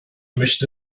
möchte